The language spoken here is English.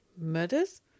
Murders